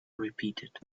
repeated